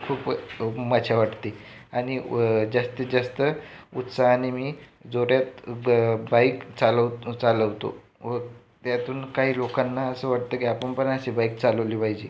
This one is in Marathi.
खूप मजा वाटते आणि जास्तीत जास्त उत्साहाने मी जोड्यात बाइक चालव चालवतो व त्यातून काही लोकांना असं वाटतं की आपण पण अशी बाइक चालवली पाहिजे